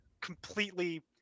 completely